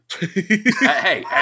hey